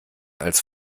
als